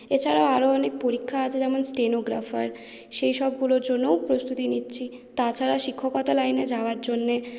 এছাড়াও আরও অনেক পরীক্ষা আছে যেমন স্টেনোগ্রাফার সেইসবগুলোর জন্যও প্রস্তুতি নিচ্ছি তাছাড়া শিক্ষকতা লাইনে যাওয়ার জন্যে